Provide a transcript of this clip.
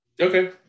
Okay